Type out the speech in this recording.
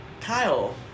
Kyle